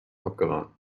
abgeraten